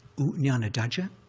nanadhaja